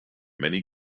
many